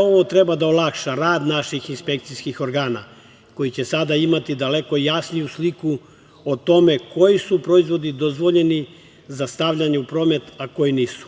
ovo treba da olakša rad naših inspekcijskih organa koji će sada imati daleko jasniju sliku o tome koji su proizvodi dozvoljeni za stavljanje u promet, a koji nisu.